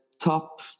top